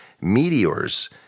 meteors